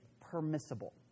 permissible